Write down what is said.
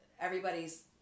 everybody's